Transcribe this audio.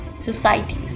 societies